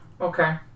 Okay